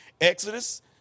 Exodus